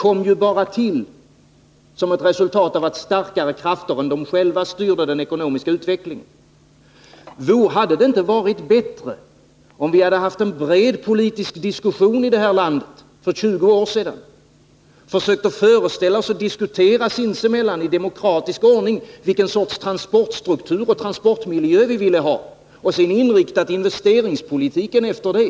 Det kom bara till som ett resultat av att starkare krafter än de själva styrde den ekonomiska utvecklingen. Hade det inte varit bättre, om vi för 20 år sedan hade haft en bred politisk diskussion i detta land då vi hade försökt föreställa oss och i demokratisk ordning sinsemellan diskutera vilken transportstruktur och transportmiljö vi ville ha och sedan inriktat investeringspolitiken efter det?